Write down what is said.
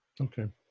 Okay